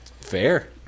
fair